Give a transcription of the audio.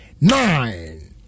Nine